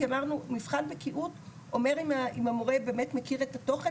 כי אמרנו מבחן בקיאות אומר אם המורה באמת מכיר את התוכן